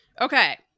Okay